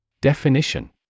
Definition